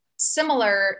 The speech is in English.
similar